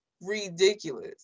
ridiculous